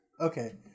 Okay